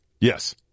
Yes